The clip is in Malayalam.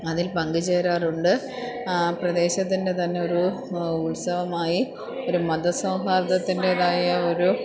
അതിൽ പങ്ക് ചേരാറുണ്ട് ആ പ്രദേശത്തിന്റെ തന്നെ ഒരു ഉത്സവമായി ഒരു മതസൗഹാർദ്ദത്തിൻറ്റേതായ ഒരു